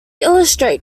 illustrate